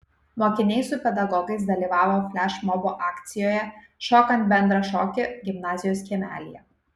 mokiniai su pedagogais dalyvavo flešmobo akcijoje šokant bendrą šokį gimnazijos kiemelyje